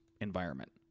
environment